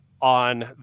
on